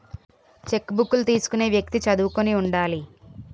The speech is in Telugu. చెక్కుబుక్కులు తీసుకునే వ్యక్తి చదువుకుని ఉండాలి